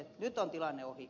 nyt on tilanne ohi